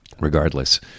regardless